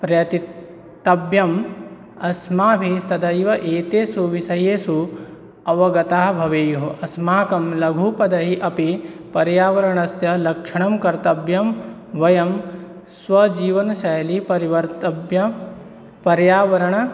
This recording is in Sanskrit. प्रयतितव्यम् अस्माभिः सदैव एतेषु विषयेषु अवगताः भवेयुः अस्माकं लघुपदैः अपि पर्यावरणस्य रक्षणं कर्तव्यं वयं स्वजीवनशैल्याः परिवर्तव्यं पर्यावरणम्